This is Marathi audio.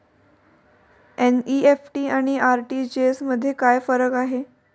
एन.इ.एफ.टी आणि आर.टी.जी.एस मध्ये काय फरक आहे?